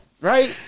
Right